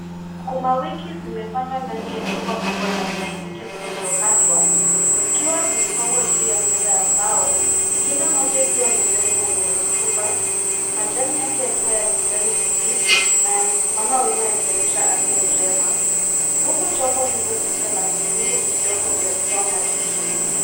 Sukuma wiki zimepandwa ndani ya chupa kubwa za plastiki zilizokatwa, zikiwa zimepangwa juu meza ya mbao, kila mmoja ikiwa na udongo wenye rotuba, majani yake yakiwa ya kijani kibichi, na yamesimama wima yakionyesha afya njema, huku chombo hizo zikiwa na vitundu kidogo vya kutoka maji chini.